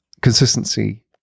consistency